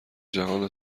جهان